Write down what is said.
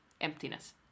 emptiness